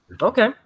Okay